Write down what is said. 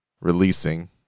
releasing